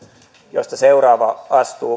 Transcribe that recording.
joista seuraava astuu